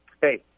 Hey